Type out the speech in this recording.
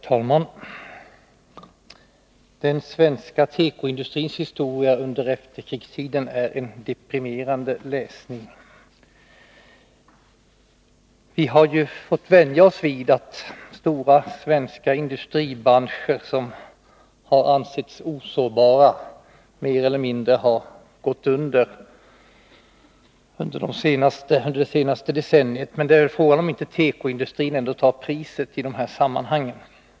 Herr talman! Den svenska tekoindustrins historia under efterkrigstiden är en deprimerande läsning. Vi har det senaste decenniet fått vänja oss vid att stora svenska industribranscher, som tidigare ansetts osårbara, mer eller mindre har gått under. Men frågan är om inte tekoindustrin ändå tar priset i sammanhanget.